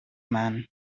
man